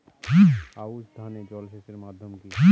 আউশ ধান এ জলসেচের মাধ্যম কি?